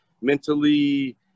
mentally